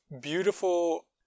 beautiful